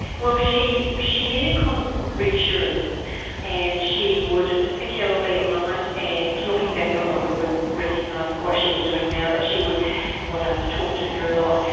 well, she she needed constant reassurance and she would particularly at night, and, looking back on it, we would recognise what she was doing now, but she would want us to talk to her a lot.